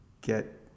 get